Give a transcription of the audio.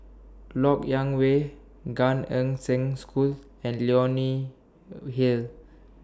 Lok Yang Way Gan Eng Seng School and Leonie Hill